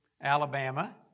Alabama